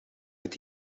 het